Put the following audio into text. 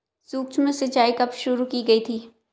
सूक्ष्म सिंचाई कब शुरू की गई थी?